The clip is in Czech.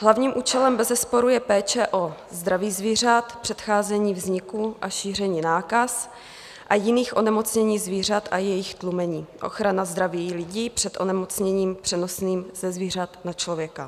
Hlavním účelem bezesporu je péče o zdraví zvířat, předcházení vzniku a šíření nákaz a jiných onemocnění zvířat a jejich tlumení, ochrana zdraví lidí před onemocněním přenosným ze zvířat na člověka.